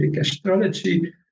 astrology